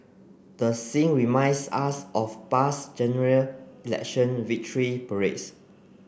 the scene reminds us of past General Election victory parades